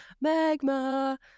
magma